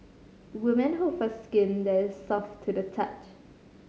woman hope for skin that is soft to the touch